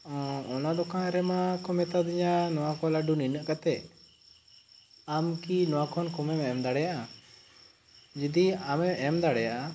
ᱟᱨ ᱚᱱᱟ ᱠᱚ ᱫᱚᱠᱟᱱ ᱨᱮᱢᱟ ᱠᱚ ᱢᱮᱛᱟ ᱫᱤᱧᱟᱹ ᱱᱚᱣᱟ ᱠᱚ ᱞᱟᱹᱰᱩ ᱱᱤᱱᱟᱹᱜ ᱠᱟᱛᱮᱜ ᱟᱢ ᱠᱤ ᱱᱚᱣᱟ ᱠᱷᱚᱱ ᱠᱚᱢᱮᱢ ᱮᱢ ᱫᱟᱲᱮᱭᱟᱜᱼᱟ ᱡᱩᱫᱤ ᱟᱢᱮᱢ ᱮᱢ ᱫᱟᱲᱮᱭᱟᱜᱼᱟ